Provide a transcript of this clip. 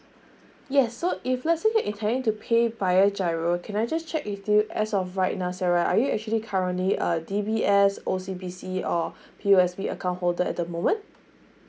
yes so if let's say you intending to pay via giro can I just check with you as of right now sarah are you actually currently a D B S O_C_B_C or P O S B account holder at the moment